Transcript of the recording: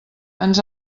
ens